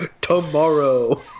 tomorrow